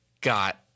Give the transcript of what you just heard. got